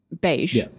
beige